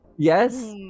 Yes